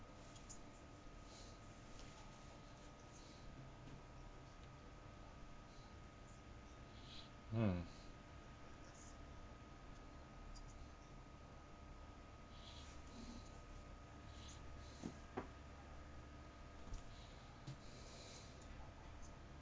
mm